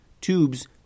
Tubes